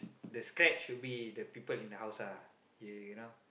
the scratch should be the people in the house ah yeah you know